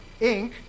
Inc